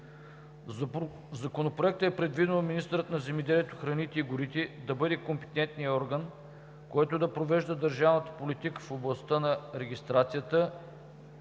Законопроекта е предвидено министърът на земеделието, храните и горите да бъде компетентният орган, който да провежда държавната политика в областта на регистрация